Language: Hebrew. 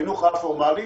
לחינוך העל-פורמלי,